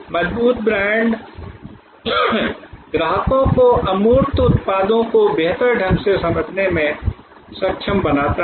मजबूत ब्रांड ग्राहकों को अमूर्त उत्पादों को बेहतर ढंग से समझने में सक्षम बनाता है